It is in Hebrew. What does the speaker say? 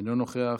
אינו נוכח.